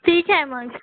ठीक आहे मग